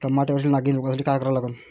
टमाट्यावरील नागीण रोगसाठी काय करा लागन?